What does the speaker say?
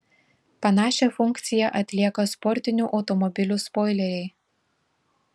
panašią funkciją atlieka sportinių automobilių spoileriai